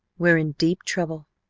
we're in deep trouble.